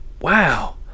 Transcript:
wow